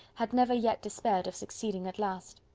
had never yet despaired of succeeding at last.